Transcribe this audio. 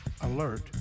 Alert